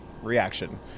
reaction